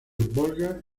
volga